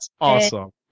awesome